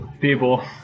People